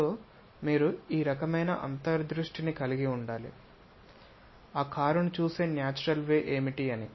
so మీరు ఈ రకమైన అంతర్ దృష్టిని కలిగి ఉండాలి ఆ కారును చూసే న్యాచురల్ వే ఏమిటి అని